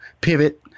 pivot